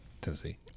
tennessee